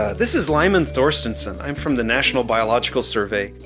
ah this is lyman thorstenson, i'm from the national biological survey.